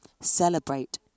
Celebrate